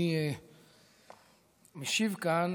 אני משיב כאן